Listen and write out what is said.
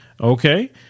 Okay